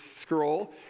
scroll